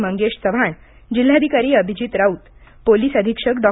मंगेश चव्हाण जिल्हाधिकारी अभिजीत राऊत पोलीस अधीक्षक डॉ